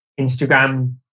Instagram